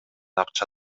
акча